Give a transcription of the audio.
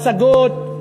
מצגות,